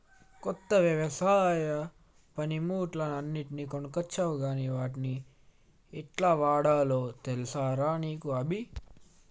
కొత్త వ్యవసాయ పనిముట్లు అన్ని కొనుకొచ్చినవ్ గని వాట్ని యెట్లవాడాల్నో తెలుసా రా నీకు అభి